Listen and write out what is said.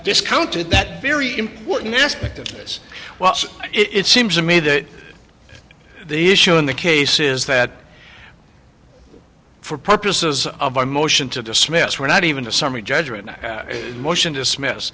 discounted that very important aspect of this well it seems to me that the issue in the case is that for purposes of our motion to dismiss we're not even a summary judgment motion dismiss